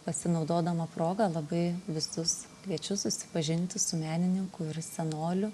pasinaudodama proga labai visus kviečiu susipažinti su menininkų ir senolių